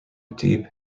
deep